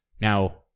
Now